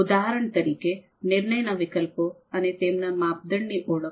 ઉદાહરણ તરીકે નિર્ણય ના વિકલ્પો અને તેમના માપદંડ ની ઓળખ